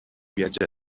viatge